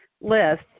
list